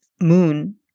moon